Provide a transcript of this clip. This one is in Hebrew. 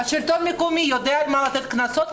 השלטון המקומי יודע על מה לתת קנסות?